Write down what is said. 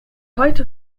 heute